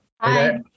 Hi